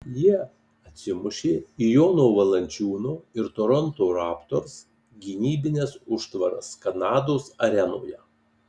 jie atsimušė į jono valančiūno ir toronto raptors gynybines užtvaras kanados arenoje